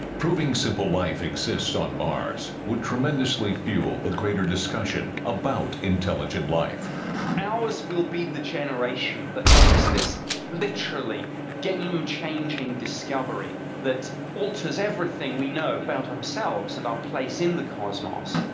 proving simple life exists on mars would tremendously fuel the greater discussion about intelligent life ours will be the generation that makes this literally game-changing discovery that alters everything we know about ourselves and our place in the cosmos